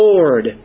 Lord